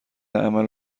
عمل